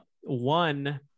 One